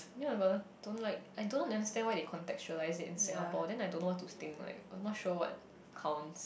ya but I don't like I don't like understand why they contextualised it in Singapore then I don't know what to think like I'm not sure what counts